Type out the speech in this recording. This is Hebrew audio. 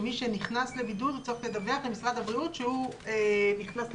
שמי שנכנס לבידוד צריך לדווח למשרד הבריאות שהוא נכנס לבידוד.